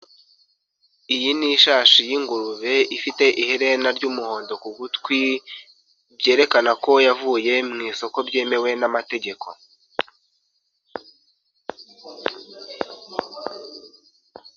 Iyi ni ishashi y'ingurube ifite iherena ry'umuhondo ku gutwi byerekana ko yavuye mu isoko ryemewe n'amategeko.